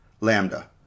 Lambda